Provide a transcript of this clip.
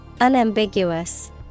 Unambiguous